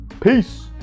Peace